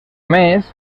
més